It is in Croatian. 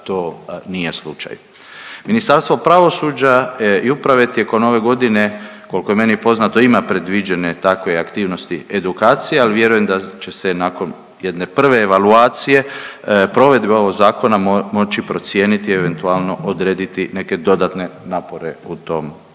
to nije slučaj. Ministarstvo pravosuđa i uprave tijekom ove godine koliko je meni poznato, ima predviđene takve aktivnosti edukacije ali vjerujem da će se nakon jedne prve evaluacije provedbe ovog zakona, moći procijeniti i eventualno odrediti neke dodatne napore u tom smislu.